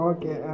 Okay